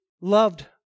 loved